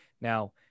now